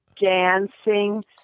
dancing